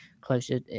closer